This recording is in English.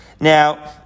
Now